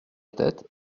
tête